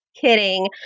kidding